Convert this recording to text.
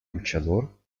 luchador